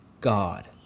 God